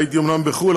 אומנם הייתי בחו"ל,